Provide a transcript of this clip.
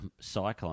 cyclone